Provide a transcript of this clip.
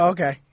Okay